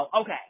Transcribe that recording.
okay